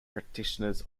practitioners